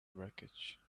wreckage